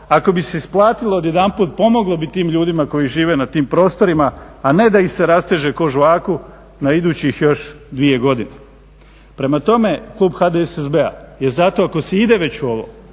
ako bi se isplatilo odjedanput pomoglo bi tim ljudima koji žive na tim prostorima, a ne da ih se rasteže kao žvaku na idućih još dvije godine. Prema tome, klub HDSSB-a je zato ako se ide već u ovo,